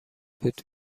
بود